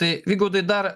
tai vygaudai dar